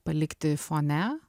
palikti fone